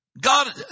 God